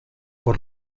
por